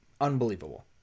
unbelievable